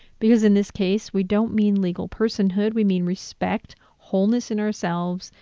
because in this case, we don't mean legal personhood. we mean respect, wholeness in ourselves,